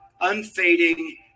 unfading